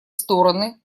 стороны